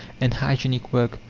and hygienic work,